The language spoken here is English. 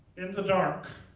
in the dark.